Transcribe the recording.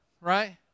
right